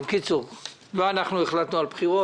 בקיצור, לא אנחנו החלטנו על בחירות.